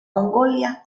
mongolia